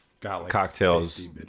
cocktails